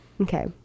Okay